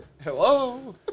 Hello